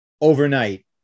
overnight